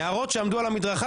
נערות שעמדו על המדרכה,